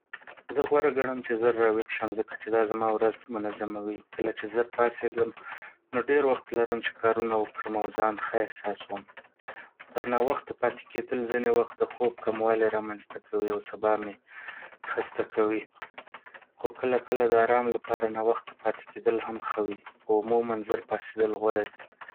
زه غوره ګڼم چې ژر راویښ شم ځکه چې دا زما ورځ منظموي. کله چې ژر پاڅېږم، نو ډیر وخت لرم چې کارونه وکړم او ځان ښه احساسوم. تر ناوخته پاتې کېدل ځینې وخت د خوب کموالی رامنځته کوي او سبا مې خسته کوي. خو کله کله د آرام لپاره ناوخته پاتې کېدل هم ښه وي، خو عموماً ژر پاڅېدل غوره دي.